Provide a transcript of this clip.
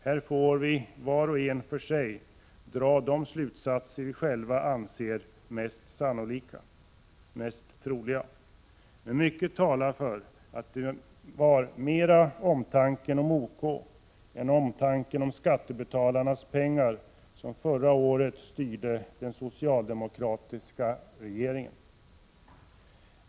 Vi får var och en för sig dra de slutsatser som vi själva anser mest troliga. Mycket talar för att det var mer omtanke om OK än om skattebetalarnas pengar som förra året styrde den socialdemokratiska regeringen.